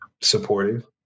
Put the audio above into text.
supportive